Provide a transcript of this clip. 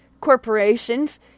corporations